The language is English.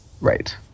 Right